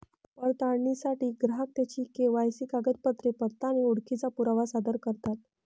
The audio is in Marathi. पडताळणीसाठी ग्राहक त्यांची के.वाय.सी कागदपत्रे, पत्ता आणि ओळखीचा पुरावा सादर करतात